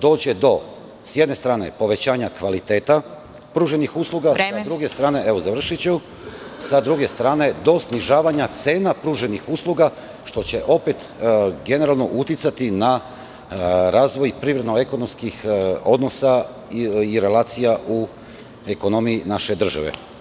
dođe do, sa jedne strane, povećanja kvaliteta pružanih usluga, a sa druge strane, do snižavanja cena pruženih usluga, što će opet generalno uticati na razvoj privredno ekonomskih odnosa i relacija u ekonomiji naše države.